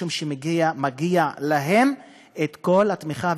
משום שמגיעים להם כל התמיכה,